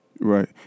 Right